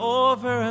over